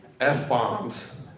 F-bombs